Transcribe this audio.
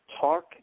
talk